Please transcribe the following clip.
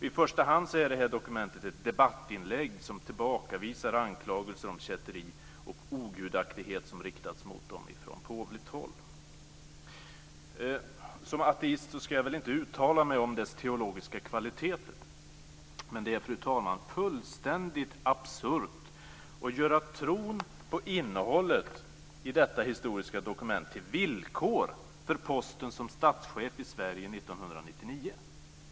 I första hand är detta dokument ett debattinlägg som tillbakavisar anklagelser om kätteri och ogudaktighet som riktats mot dem från påvligt håll. Som ateist ska jag väl inte uttala mig om dess teologiska kvaliteter. Men det är, fru talman, fullständigt absurt att göra tron på innehållet i detta historiska dokument till villkor för posten som statschef i Sverige år 1999.